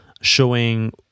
showing